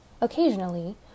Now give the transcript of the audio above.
Occasionally